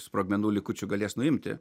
sprogmenų likučių galės nuimti